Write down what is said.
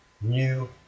new